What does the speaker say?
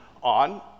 on